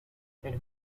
and